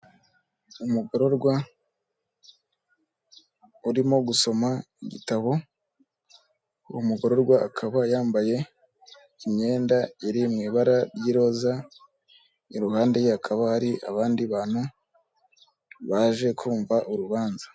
Umugororwa urimo gusoma igitabo, uwo mugororwa akaba yambaye imyenda iri mu ibara ry'iroza, iruhande hakaba hari abandi bantu baje kumva urubanza.